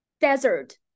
desert